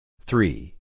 Three